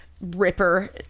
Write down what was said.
ripper